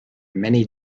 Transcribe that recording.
many